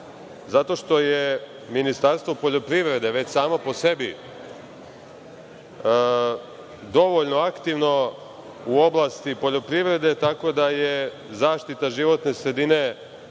zato što je Ministarstvo poljoprivrede već samo po sebi dovoljno aktivno u oblasti poljoprivrede, tako da je zaštita životne sredine